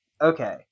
Okay